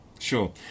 Sure